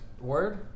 Word